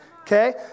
Okay